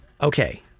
Okay